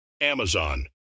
Amazon